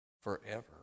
Forever